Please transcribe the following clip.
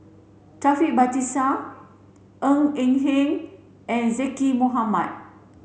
Taufik Batisah Ng Eng Hen and Zaqy Mohamad